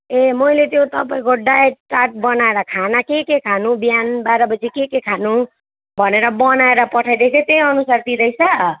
ए मैले त्यो तपाईँको डाइट चार्ट बनाएर खाना के के खानु बिहान बाह्र बजी के खानु भनेर बनाएर पठाइदिएको थिएँ त्यही अनुसार दिँदैछ